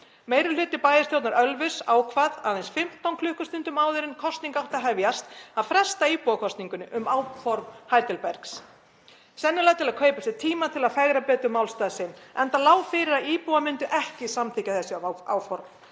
Meiri hluti bæjarstjórnar Ölfuss ákvað aðeins 15 klukkustundum áður en kosning átti að hefjast að fresta íbúakosningu um áform Heidelbergs, sennilega til að kaupa sér tíma til að fegra betur málstað sinn, enda lá fyrir að íbúar myndu ekki samþykkja þessi áform.